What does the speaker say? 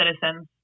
citizens